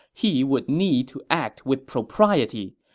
he would need to act with propriety.